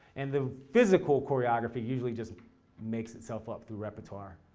and the physical choreography usually just makes itself up through repertoire,